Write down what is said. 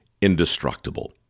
indestructible